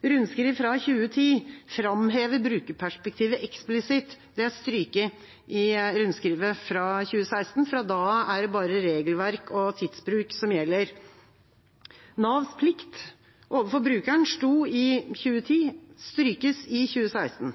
2010 framhever brukerperspektivet eksplisitt. Det er strøket i rundskrivet fra 2016. Fra da av er det bare regelverk og tidsbruk som gjelder. Navs plikt overfor brukeren sto i rundskrivet fra 2010, det var strøket i 2016.